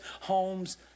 homes